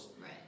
Right